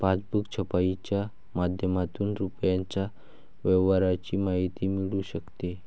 passbook छपाईच्या माध्यमातून रुपयाच्या व्यवहाराची माहिती मिळू शकते